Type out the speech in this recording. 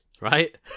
right